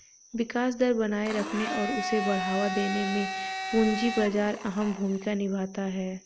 विकास दर बनाये रखने और उसे बढ़ावा देने में पूंजी बाजार अहम भूमिका निभाता है